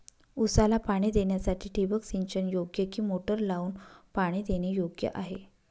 ऊसाला पाणी देण्यासाठी ठिबक सिंचन योग्य कि मोटर लावून पाणी देणे योग्य आहे?